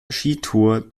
skitour